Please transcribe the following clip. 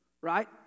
right